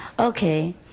Okay